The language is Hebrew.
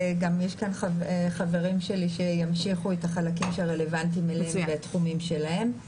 הנושא של ההמלצה הראשונה שהייתה היא הרחבת היקפי הפעילות של עו"ס